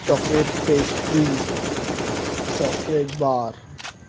chocolate pastry chocolate bar